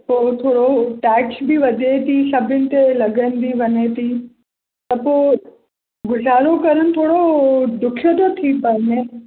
थोरो थोरो टैक्श बि वधे थी सभिनी ते लॻंदी वञे थी त पोइ गुज़ारो करणु थोरो ॾुखियो थो थी पवे